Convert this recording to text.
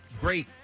great